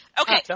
Okay